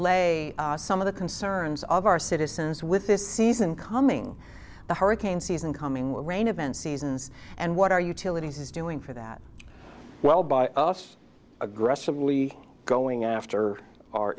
lay some of the concerns of our citizens with this season coming the hurricane season coming with rain event seasons and what our utilities is doing for that well by us aggressively going after our